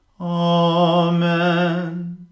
Amen